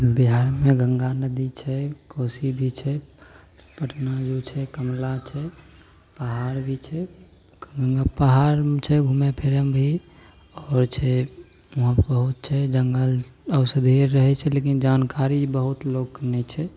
बिहारमे गंगा नदी छै कोसी भी छै पटना छै कमला छै पहाड़ भी छै पहाड़ छै घुमय फिरयमे भी आओर छै वहाँ बहुत छै जंगल औषधि आओर रहय छै लेकिन जानकारी बहुत लोकके नहि छै